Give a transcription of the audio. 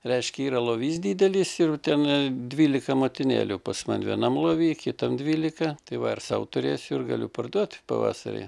reiškia yra lovys didelis ir ten dvylika motinėlių pas man vienam lovy kitam dvylika tai va ir sau turėsiu ir galiu parduot pavasarį